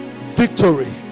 victory